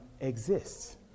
exists